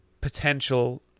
potential